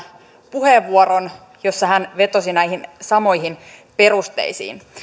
puheenvuoron jossa hän vetosi näihin samoihin perusteisiin